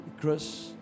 Chris